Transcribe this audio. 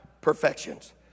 perfections